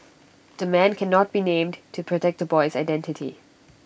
the man cannot be named to protect the boy's identity